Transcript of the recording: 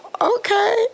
Okay